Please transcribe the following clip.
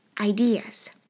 ideas